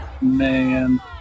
Man